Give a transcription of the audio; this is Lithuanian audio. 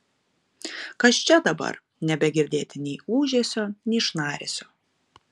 kas čia dabar nebegirdėti nei ūžesio nei šnaresio